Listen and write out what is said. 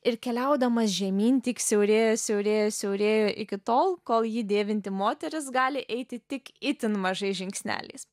ir keliaudamas žemyn tik siaurėjo siaurėjo siaurėjo iki tol kol jį dėvinti moteris gali eiti tik itin mažais žingsneliais